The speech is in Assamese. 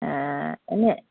এনেই